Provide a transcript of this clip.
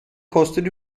kostet